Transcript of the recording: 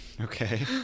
Okay